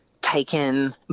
taken